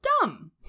dumb